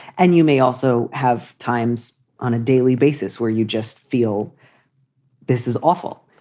and you may also have times on a daily basis where you just feel this is awful.